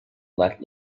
let